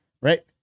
right